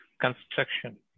construction